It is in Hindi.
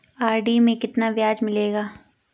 आर.डी में कितना ब्याज मिलेगा?